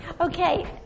Okay